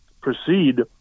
proceed